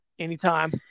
Anytime